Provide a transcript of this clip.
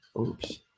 oops